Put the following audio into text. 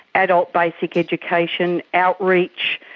adult basic education, outreach,